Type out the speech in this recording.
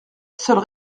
seule